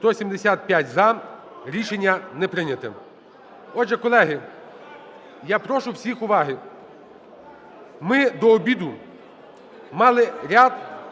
За-175 Рішення не прийняте. Отже, колеги, я прошу всіх уваги. Ми до обіду мали ряд,